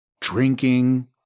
drinking